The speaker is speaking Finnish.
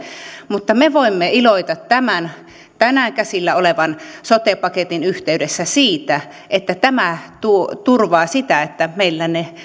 mutta me voimme iloita tämän tänään käsillä olevan sote paketin yhteydessä siitä että tämä turvaa sitä että meillä ne